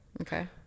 okay